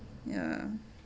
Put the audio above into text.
ya